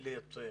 לייצא.